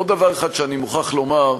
עוד דבר אחד שאני מוכרח לומר: